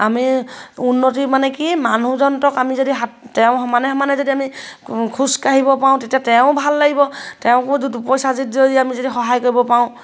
আমি উন্নতি মানে কি মানুহজনহঁতক আমি যদি হাত তেওঁৰ সমানে সমানে যদি আমি খোজকাঢ়িব পাৰোঁ তেতিয়া তেওঁৰো ভাল লাগিব তেওঁকো পইচা যি যদি আমি যদি সহায় কৰিব পাৰোঁ